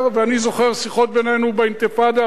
אני זוכר שיחות בינינו בזמן האינתיפאדה,